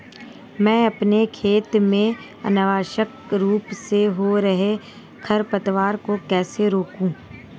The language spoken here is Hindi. मैं अपने खेत में अनावश्यक रूप से हो रहे खरपतवार को कैसे रोकूं?